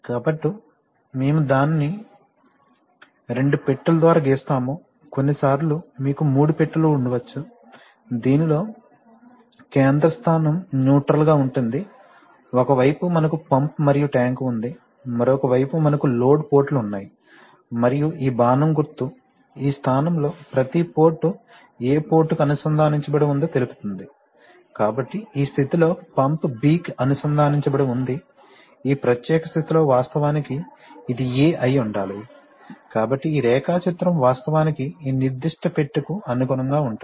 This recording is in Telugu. కాబట్టి మేము దానిని రెండు పెట్టెల ద్వారా గీస్తాము కొన్నిసార్లు మీకు మూడు పెట్టెలు ఉండవచ్చు దీనిలో కేంద్ర స్థానం న్యూట్రల్ గా ఉంటుంది ఒక వైపు మనకు పంప్ మరియు ట్యాంక్ ఉంది మరొక వైపు మనకు లోడ్ పోర్టులు ఉన్నాయి మరియు ఈ బాణం గుర్తు ఈ స్థానాల్లో ప్రతి పోర్టు ఏ పోర్టుకు అనుసంధానించబడి ఉందో తెలుపుతుంది కాబట్టి ఈ స్థితిలో పంప్ B కి అనుసంధానించబడి ఉంది ఈ ప్రత్యేక స్థితిలో వాస్తవానికి ఇది A అయి ఉండాలి కాబట్టి ఈ రేఖాచిత్రం వాస్తవానికి ఈ నిర్దిష్ట పెట్టెకు అనుగుణంగా ఉంటుంది